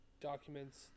documents